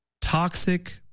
toxic